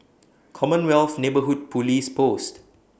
Commonwealth Neighbourhood Police Post